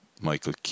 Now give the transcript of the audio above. Michael